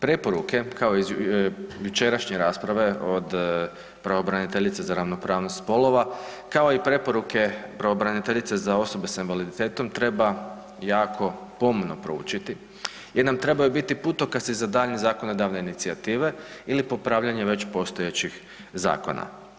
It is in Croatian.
Preporuke, kao jučerašnje rasprave od pravobraniteljice za ravnopravnost spolova kao i preporuke pravobraniteljice za osobe s invaliditetom treba jako pomno proučiti jer nam trebaju biti putokaz za daljnje zakonodavne inicijative ili popravljanje već postojećih zakona.